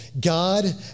God